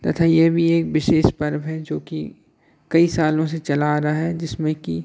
तथा यह भी एक बिशेष पर्व है जोकि कई सालों से चला आ रहा है जिसमें कि